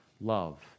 love